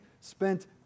spent